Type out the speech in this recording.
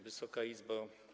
Wysoka Izbo!